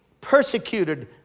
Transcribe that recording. persecuted